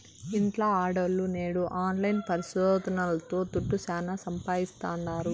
ఇంట్ల ఆడోల్లు నేడు ఆన్లైన్ పరిశోదనల్తో దుడ్డు శానా సంపాయిస్తాండారు